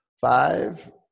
Five